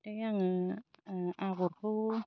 ओमफ्राय आङो ओ आगरखौ